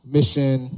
Mission